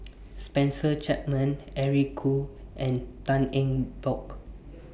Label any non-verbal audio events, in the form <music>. <noise> Spencer Chapman Eric Khoo and Tan Eng Bock